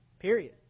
Period